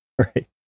Right